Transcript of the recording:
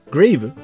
Grave